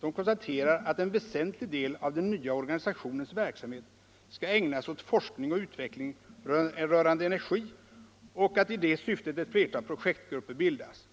De konstaterar att en väsentlig del av den nya organisationens verksamhet skall ägnas åt forskning och utveckling rörande energi och att i det syftet ett flertal projektgrupper bildas.